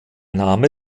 name